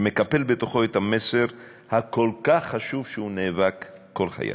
שמקפל בתוכו את המסר הכל-כך חשוב שהוא נאבק למענו כל חייו.